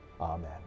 Amen